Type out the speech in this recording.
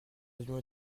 avions